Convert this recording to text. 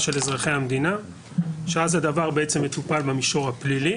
של אזרחי המדינה שאז הדבר מטופל במישור הפלילי.